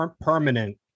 permanent